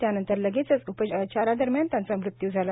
त्यानंतर लगेचच उपचारादरम्यान त्यांचा मृत्यू झाला